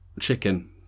Chicken